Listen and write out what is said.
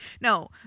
No